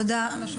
תודה.